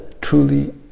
truly